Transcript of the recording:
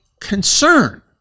concern